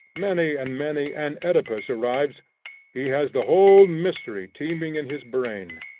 many and many an oedipus arrives he has the whole mystery teeming in his brain.